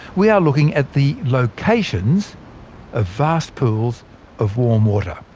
we are looking at the locations of vast pools of warm water.